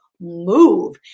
move